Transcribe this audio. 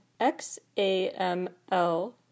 XAML